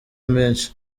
menshi